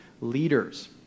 leaders